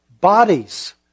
bodies